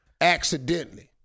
Accidentally